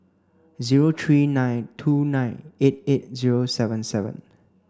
zero three nine two nine eight eight zero seven seven